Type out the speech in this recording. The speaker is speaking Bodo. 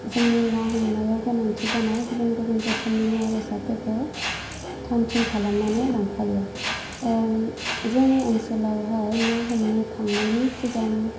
जोंनि ना हमनायाव गोनांथि जानाय गुबुन गुबुन रोखोमनि मुवा बेसादफोरखौ थाम थिम खालामनानै लांफायो जोंनि ओनसोलावहाय ना हमनो थांनायनि सिगां